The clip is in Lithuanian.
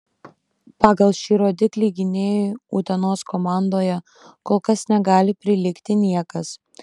pagal šį rodiklį gynėjui utenos komandoje kol kas negali prilygti niekas